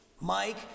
Mike